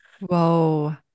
Whoa